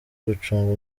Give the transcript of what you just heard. gucunga